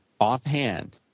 offhand